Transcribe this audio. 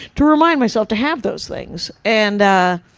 to remind myself to have those things. and ah,